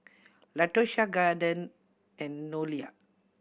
Latosha Caden and Noelia